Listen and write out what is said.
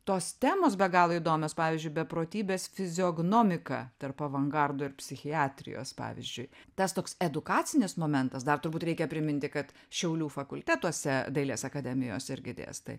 tos temos be galo įdomios pavyzdžiui beprotybės fizijognomika tarp avangardo ir psichiatrijos pavyzdžiui tas toks edukacinis momentas dar turbūt reikia priminti kad šiaulių fakultetuose dailės akademijos irgi dėstai